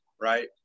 right